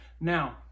now